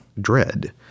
dread